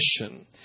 mission